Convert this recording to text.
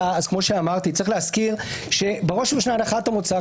אז כמו שאמרתי צריך להזכיר שבראש ובראשונה הנחת המוצא,